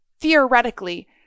Theoretically